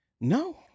no